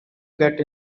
get